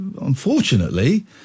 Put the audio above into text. Unfortunately